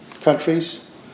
countries